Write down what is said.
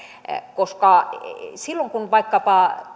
koska silloin kun vaikkapa